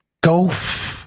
Golf